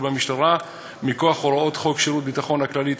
במשטרה מכוח הוראות חוק שירות הביטחון הכללי,